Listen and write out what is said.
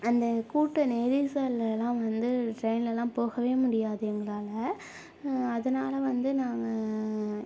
அந்த கூட்ட நெரிசல்லலாம் வந்து டிரெயின்லலாம் போகவே முடியாது எங்களால் அதனால வந்து நாங்கள்